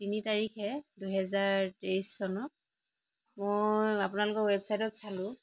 তিনি তাৰিখে দুহেজাৰ তেইছ চনৰ মই আপোনালোকৰ ৱেবছাইটত চালোঁ